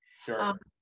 Sure